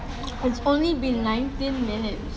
it's only been nineteen minutes